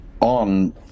on